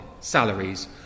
salaries